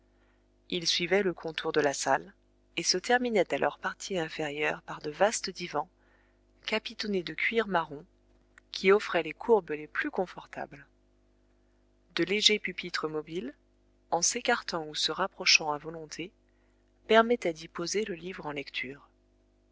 ils suivaient le contour de la salle et se terminaient à leur partie inférieure par de vastes divans capitonnés de cuir marron qui offraient les courbes les plus confortables de légers pupitres mobiles en s'écartant ou se rapprochant à volonté permettaient d'y poser le livre en lecture